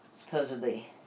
Supposedly